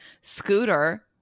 scooter